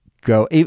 go